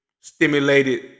stimulated